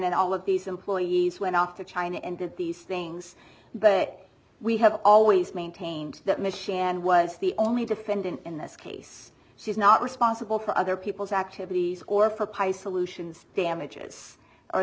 and all of these employees went off to china and did these things but we have always maintained that machine and was the only defendant in this case she's not responsible for other people's activities or for pi solutions damages or